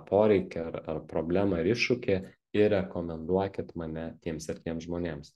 poreikį ar ar problemą ir iššūkį ir rekomenduokit mane tiem septyniem žmonėms